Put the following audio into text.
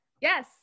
Yes